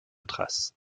traces